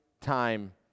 time